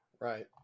Right